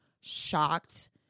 shocked